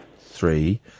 three